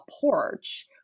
porch